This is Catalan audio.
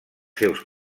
seus